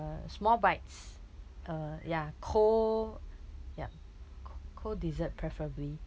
small bites uh ya cold ya cold dessert preferably